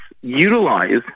utilize